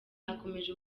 akomeje